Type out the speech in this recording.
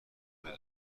پیدا